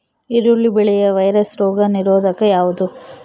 ಈರುಳ್ಳಿ ಬೆಳೆಯ ವೈರಸ್ ರೋಗ ನಿರೋಧಕ ಯಾವುದು?